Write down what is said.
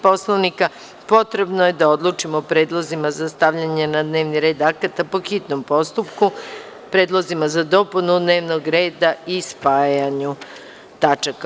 Poslovnika, potrebno je da odlučimo o predlozima za stavljanje na dnevni red akata po hitnom postupku, predlozima za dopunu dnevnog reda i spajanju tačaka.